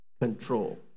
control